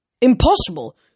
Impossible